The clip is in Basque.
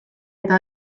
eta